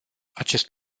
acest